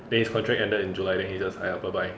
then his contract ended in july then he just !aiya! bye bye